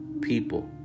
people